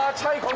tell you